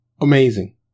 Amazing